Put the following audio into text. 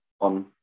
on